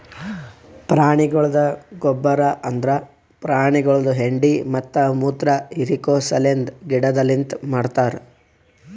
ಪ್ರಾಣಿಗೊಳ್ದ ಗೊಬ್ಬರ್ ಅಂದುರ್ ಪ್ರಾಣಿಗೊಳ್ದು ಹೆಂಡಿ ಮತ್ತ ಮುತ್ರ ಹಿರಿಕೋ ಸಲೆಂದ್ ಗಿಡದಲಿಂತ್ ಮಾಡ್ತಾರ್